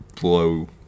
Blow